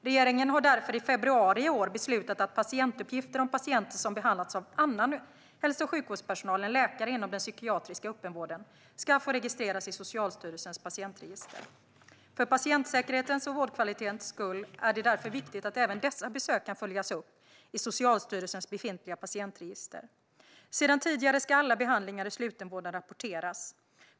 Regeringen har därför i februari i år beslutat att patientuppgifter om patienter som behandlats av annan hälso och sjukvårdspersonal än läkare inom den psykiatriska öppenvården ska få registreras i Socialstyrelsens patientregister. För patientsäkerhetens och vårdkvalitetens skull är det viktigt att även dessa besök kan följas upp i Socialstyrelsens befintliga patientregister. Sedan tidigare ska alla behandlingar i slutenvården rapporteras.